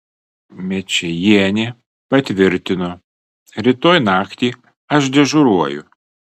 mečėjienė patvirtino rytoj naktį aš dežuruoju